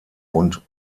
und